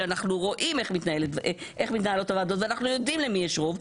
שאנחנו רואים איך מתנהלות הוועדות ואנחנו יודעים למי יש רוב,